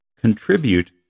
contribute